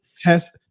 Test